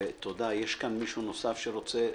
יש כאן מישהו נוסף שרוצה לדבר?